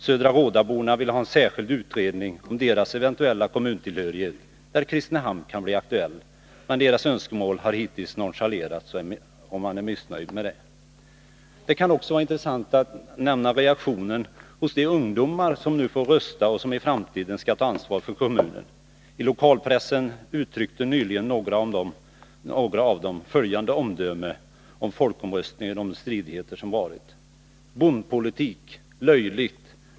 Södra Råda-borna vill ha en särskild utredning om deras eventuella kommuntillhörighet, där Kristinehamns kommun kan bli aktuell. Men deras önskemål har hittills nonchalerats, och de är missnöjda med det. Det kan också vara intressant att nämna reaktionen hos de ungdomar som nu får rösta och som i framtiden skall ha ansvar för kommunen. I lokalpressen uttryckte nyligen några av dessa följande omdöme om folkomröstningen och de stridigheter som förekommit: ”Bondpolitik, löjligt.